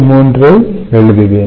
3 ஐ எழுதுவேன்